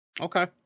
Okay